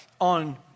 on